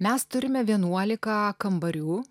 mes turime vienuolika kambarių